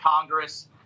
Congress